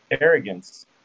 arrogance